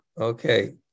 Okay